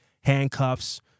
handcuffs